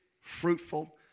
fruitful